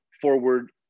forward